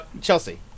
Chelsea